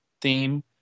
theme